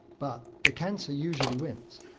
but the cancer usually wins.